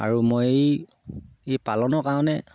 আৰু মই এই পালনৰ কাৰণে